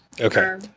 Okay